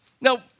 Now